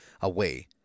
away